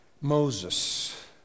Moses